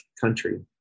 country